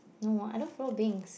no I don't follow Bings